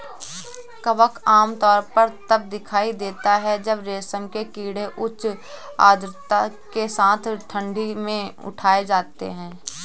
कवक आमतौर पर तब दिखाई देता है जब रेशम के कीड़े उच्च आर्द्रता के साथ ठंडी में उठाए जाते हैं